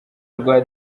rwa